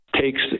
takes